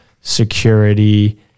security